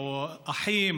האחים,